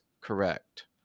correct